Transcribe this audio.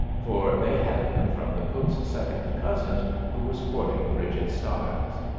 for they had them from the cook's second cousin who was courting bridget stiles.